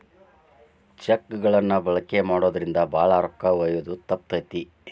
check ಗಳನ್ನ ಬಳಕೆ ಮಾಡೋದ್ರಿಂದ ಭಾಳ ರೊಕ್ಕ ಒಯ್ಯೋದ ತಪ್ತತಿ